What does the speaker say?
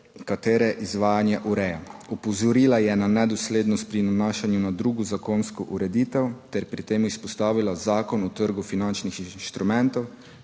katere izvajanje ureja. Opozorila je na nedoslednost pri nanašanju na drugo zakonsko ureditev ter pri tem izpostavila Zakon o trgu finančnih instrumentov